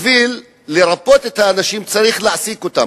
בשביל לרפא את האנשים צריך להעסיק אותם.